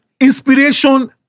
inspiration